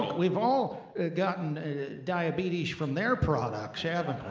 we've all gotten diabetes from their products, yeah